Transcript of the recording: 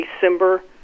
December